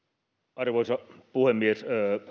arvoisa puhemies